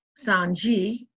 Sanji